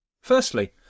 Firstly